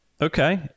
Okay